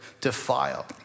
defile